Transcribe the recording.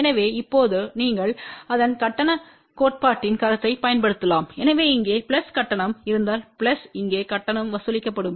எனவே இப்போது நீங்கள் அதன் கட்டணக் கோட்பாட்டின் கருத்தைப் பயன்படுத்தலாம் எனவே இங்கே பிளஸ் கட்டணம் இருந்தால் பிளஸ் இங்கே கட்டணம் வசூலிக்கவும்